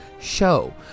show